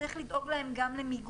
צריך לדאוג להם גם למיגון.